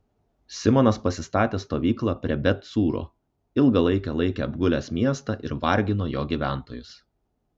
simonas pasistatė stovyklą prie bet cūro ilgą laiką laikė apgulęs miestą ir vargino jo gyventojus